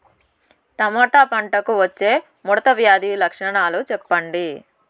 Tomato పంటకు వచ్చే ముడత వ్యాధి లక్షణాలు చెప్పండి?